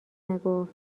نگفت